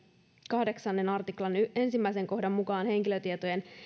kahdeksannen artiklan ensimmäisen kohdan mukaan henkilötietojen